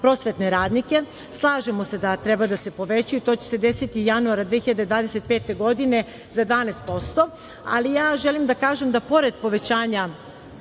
prosvetne radnike. Slažemo se da treba da se povećaju, to će se desiti januara 2025. godine za 12%, ali želim da kažem da pored povećanja